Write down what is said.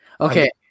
Okay